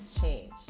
changed